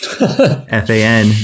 F-A-N